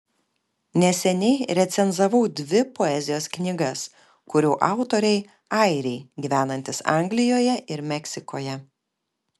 neseniai recenzavau dvi poezijos knygas kurių autoriai airiai gyvenantys anglijoje ir meksikoje